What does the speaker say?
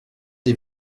des